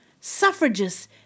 suffragists